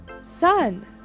Sun